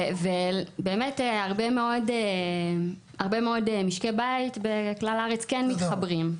ובאמת הרבה מאוד משקי בית בכלל הארץ כן מתחברים.